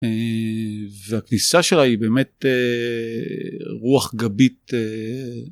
והכניסה שלה היא באמת רוח גבית.